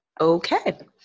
okay